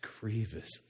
grievous